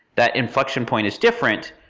that inflection point is different.